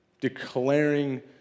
declaring